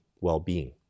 well-being